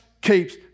keeps